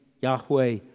Yahweh